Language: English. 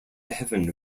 heaven